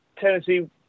Tennessee